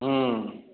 हॅं